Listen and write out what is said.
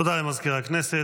תודה למזכיר הכנסת.